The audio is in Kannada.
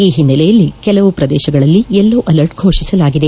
ಈ ಹಿನ್ನೆಲೆಯಲ್ಲಿ ಕೆಲವು ಪ್ರದೇಶಗಳಲ್ಲಿ ಯೆಲ್ಲೋ ಅಲರ್ಟ್ ಘೋಷಿಸಲಾಗಿದೆ